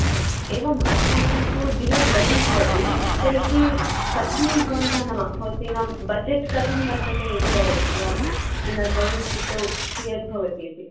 हा एवम् अस्माकं तु दिनद्वयं भवति तर्हि कथं भवन्तः नाम् भवतीनाम् बजेट् कथं वर्तते इति वदन्ति वा दिनद्वयम् इत्युक्तौ कियत् भवति इति